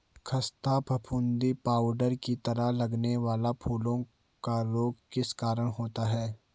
खस्ता फफूंदी पाउडर की तरह लगने वाला फूलों का रोग किस कारण होता है?